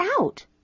out